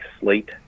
slate